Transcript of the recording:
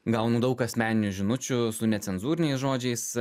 gaunu daug asmeninių žinučių su necenzūriniais žodžiais